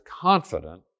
confident